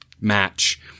match